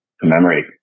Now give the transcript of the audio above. commemorate